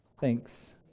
Thanks